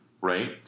right